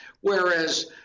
Whereas